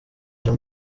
jean